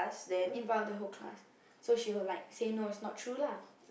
in front of the whole class so she will like say no it's not true lah